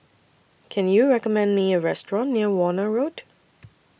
Can YOU recommend Me A Restaurant near Warna Road